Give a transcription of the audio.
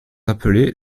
appelés